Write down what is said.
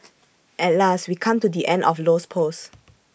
at last we come to the end of Low's post